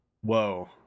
Whoa